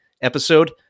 episode